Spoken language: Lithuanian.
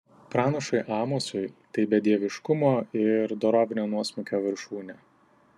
pranašui amosui tai bedieviškumo ir dorovinio nuosmukio viršūnė